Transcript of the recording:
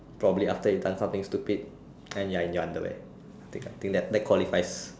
probably after you done something stupid and you are in your underwear think that qualifies